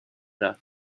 رفت